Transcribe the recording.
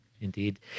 indeed